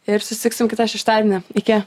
ir susitiksim kitą šeštadienį iki